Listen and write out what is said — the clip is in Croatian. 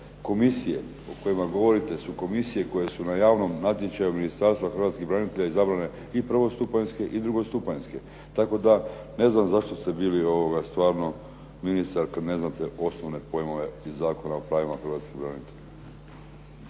Komisije o kojima govorite su komisije koje su na javnom natječaju Ministarstva hrvatskih branitelja izabrane i prvostupanjske i drugostupanjske, tako da ne znam zašto ste bili stvarno ministar kad ne znate osnovne pojmove iz Zakona o pravima hrvatskih branitelja.